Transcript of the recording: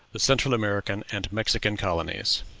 the central american and mexican colonies.